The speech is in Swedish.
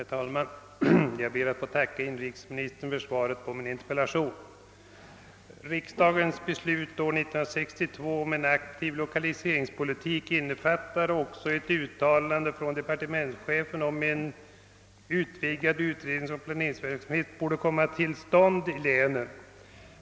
Herr talman! Jag ber att få tacka inrikesministern för svaret på min interpellation. Riksdagens beslut år 1962 om en aktiv lokaliseringspolitik innefattade också ett uttalande från departementschefen om att en utvidgad utredningsoch planeringsverksamhet borde komma till stånd i länen.